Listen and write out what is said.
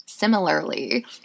Similarly